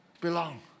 belong